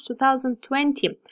2020